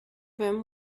them